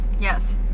Yes